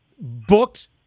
booked